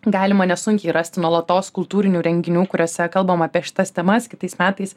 galima nesunkiai rasti nuolatos kultūrinių renginių kuriuose kalbama apie šitas temas kitais metais